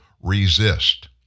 resist